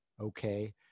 Okay